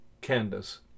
Candace